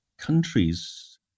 countries